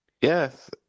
Yes